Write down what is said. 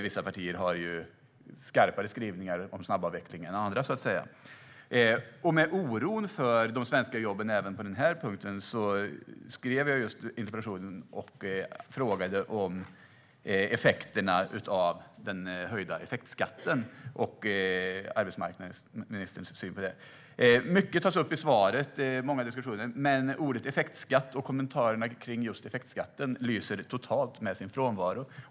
Vissa partier har skarpare skrivningar om snabbavveckling än andra. Med anledning av oron för de svenska jobben även på denna punkt skrev jag interpellationen och frågade om effekterna av den höjda effektskatten och arbetsmarknadsministerns syn på det. Det är många diskussioner som tas upp i svaret. Men ordet effektskatt och kommentarerna om effektskatten lyser totalt med sin frånvaro.